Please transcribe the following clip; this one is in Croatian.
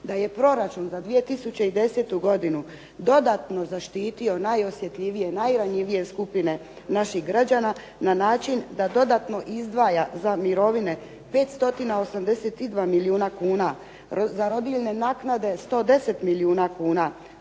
da je proračun za 2010. godinu dodatno zaštitio najosjetljivije, najranjivije skupine naših građana na način da dodatno izdvaja za mirovine 5 stotina 82 milijuna kuna, za rodiljne kune 110 milijuna kuna,